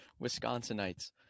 Wisconsinites